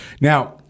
Now